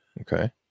Okay